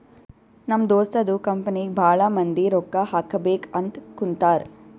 ನಮ್ ದೋಸ್ತದು ಕಂಪನಿಗ್ ಭಾಳ ಮಂದಿ ರೊಕ್ಕಾ ಹಾಕಬೇಕ್ ಅಂತ್ ಕುಂತಾರ್